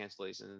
cancellations